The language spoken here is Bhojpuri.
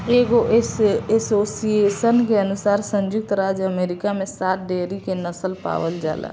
एगो एसोसिएशन के अनुसार संयुक्त राज्य अमेरिका में सात डेयरी के नस्ल पावल जाला